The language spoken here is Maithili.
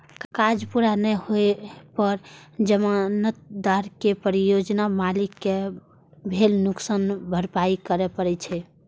काज पूरा नै होइ पर जमानतदार कें परियोजना मालिक कें भेल नुकसानक भरपाइ करय पड़ै छै